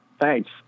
Thanks